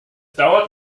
dauert